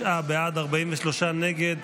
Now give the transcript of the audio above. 59 בעד, 43 נגד,